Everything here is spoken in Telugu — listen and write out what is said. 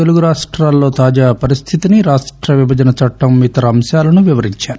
తెలుగు రాష్టాల్లో తాజా పరిస్థితిని రాష్ట విభజన చట్టం ఇతర అంశాలను వివరించారు